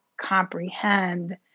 comprehend